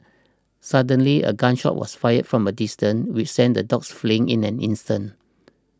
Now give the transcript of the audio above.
suddenly a gun shot was fired from a distance which sent the dogs fleeing in an instant